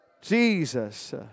Jesus